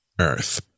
earth